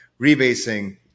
rebasing